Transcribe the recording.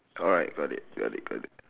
alright got it got it got it